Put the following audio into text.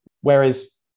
Whereas